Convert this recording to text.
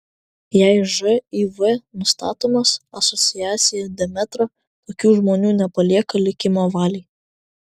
jei živ nustatomas asociacija demetra tokių žmonių nepalieka likimo valiai